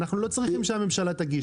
אנחנו לא צריכים שהממשלה תגיש.